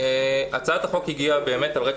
הצעת החוק הגיעה אלינו